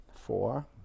four